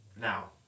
now